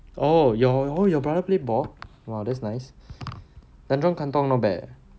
oh you oh your brother play ball !wow! that's nice tanjong katong not bad eh